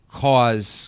cause